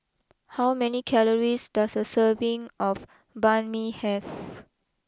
how many calories does a serving of Banh Mi have